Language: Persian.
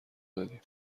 دادیم